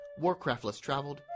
warcraftlesstraveled